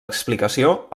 explicació